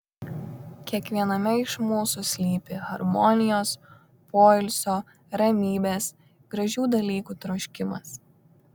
kiekviename iš mūsų slypi harmonijos poilsio ramybės gražių dalykų troškimas